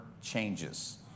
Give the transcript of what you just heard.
changes